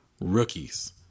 rookies